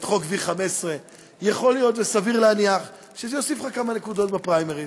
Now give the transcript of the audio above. את חוק V15. יכול להיות וסביר להניח שזה יוסיף לך כמה נקודות בפריימריז,